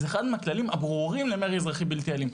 זה אחד מהכללים הברורים למרי אזרחי בלתי אלים.